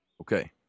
Okay